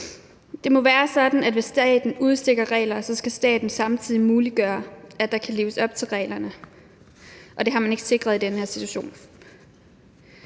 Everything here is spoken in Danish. Det må være sådan, at hvis staten udstikker regler, skal staten samtidig muliggøre, at der kan leves op til reglerne, og det har man ikke sikret i den her situation.